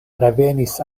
revenis